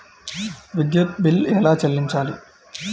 విద్యుత్ బిల్ ఎలా చెల్లించాలి?